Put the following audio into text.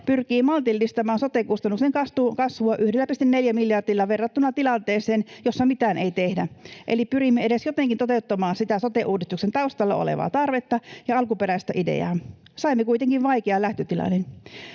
pyrkii maltillistamaan sote-kustannusten kasvua 1,4 miljardilla verrattuna tilanteeseen, jossa mitään ei tehdä. Eli pyrimme edes jotenkin toteuttamaan sitä sote-uudistuksen taustalla olevaa tarvetta ja alkuperäistä ideaa. Saimme kuitenkin vaikean lähtötilanteen.